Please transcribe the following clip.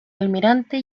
almirante